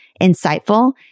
insightful